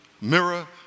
mirror